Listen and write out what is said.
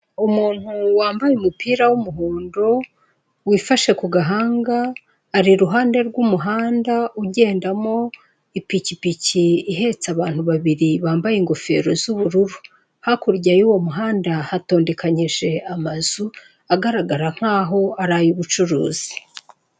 Umuntu wambaye umupira w'umuhondo wifashe ku gahanga ari iruhande rw'umuhanda ugendamo ipikipiki ihetse abantu babiri bambaye ingofero z'ubururu hakurya y'uwo muhanda hatondeganyije amazu agaragara nkaho ari ayu'ubucuruzi.